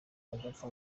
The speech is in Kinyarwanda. bagapfa